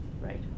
right